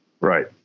Right